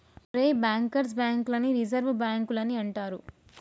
ఒరేయ్ bankers bank లని reserve బాంకులని అంటారు